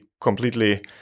completely